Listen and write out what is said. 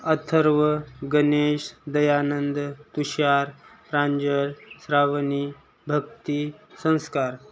अथर्व गणेश दयानंद तुषार प्रांजळ श्रावणी भक्ती संस्कार